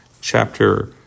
chapter